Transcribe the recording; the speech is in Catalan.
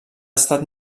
estat